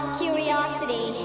curiosity